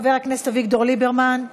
חבר הכנסת אביגדור ליברמן,